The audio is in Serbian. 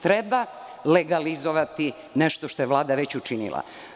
Treba legalizovati nešto što je Vlada već učinila.